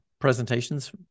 presentations